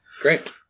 great